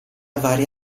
varia